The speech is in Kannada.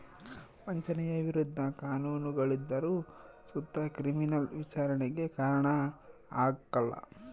ವಂಚನೆಯ ವಿರುದ್ಧ ಕಾನೂನುಗಳಿದ್ದರು ಸುತ ಕ್ರಿಮಿನಲ್ ವಿಚಾರಣೆಗೆ ಕಾರಣ ಆಗ್ಕಲ